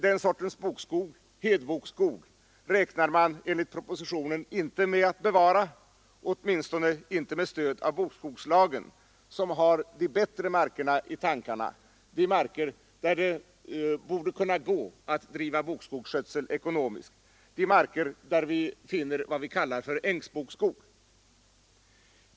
Den sortens bokskog, hedbokskog, räknar man enligt propositionen inte med att bevara, åtminstone inte med stöd av bokskogslagen, som har de bättre markerna i tankarna, de marker där vi finner vad som kallas ängsbokskog.